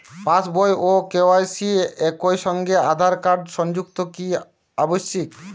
পাশ বই ও কে.ওয়াই.সি একই সঙ্গে আঁধার কার্ড সংযুক্ত কি আবশিক?